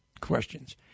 questions